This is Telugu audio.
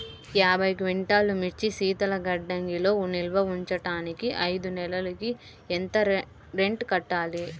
యాభై క్వింటాల్లు మిర్చి శీతల గిడ్డంగిలో నిల్వ ఉంచటానికి ఐదు నెలలకి ఎంత రెంట్ కట్టాలి?